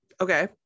Okay